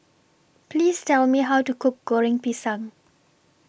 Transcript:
Please Tell Me How to Cook Goreng Pisang